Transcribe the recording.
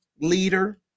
leader